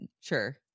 Sure